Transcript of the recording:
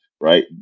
Right